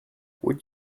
would